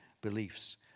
beliefs